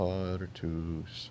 artus